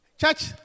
Church